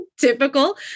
typical